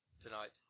tonight